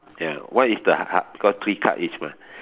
ya what is the ha~ because three card each mah